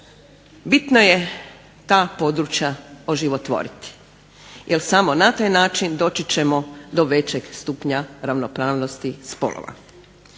Bitno je ta područja oživotvoriti, jer samo na taj način doći ćemo do većeg stupnja ravnopravnosti spolova.